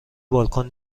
بالکن